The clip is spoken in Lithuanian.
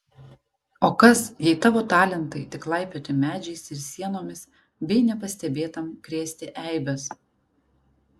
o kas jei tavo talentai tik laipioti medžiais ir sienomis bei nepastebėtam krėsti eibes